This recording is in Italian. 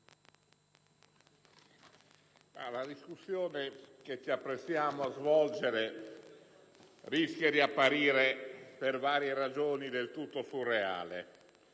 la discussione che stiamo svolgendo rischia di apparire, per varie ragioni, del tutto surreale.